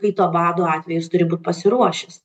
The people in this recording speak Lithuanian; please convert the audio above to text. kai to bado atveju jis turi būt pasiruošęs